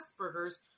Asperger's